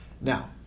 Now